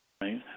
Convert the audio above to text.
right